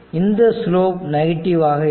இந்த slope negative ஆக இருக்கும்